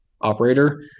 operator